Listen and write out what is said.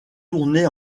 tournée